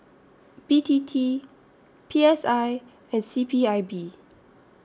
B T T P S I and C P I B